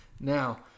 now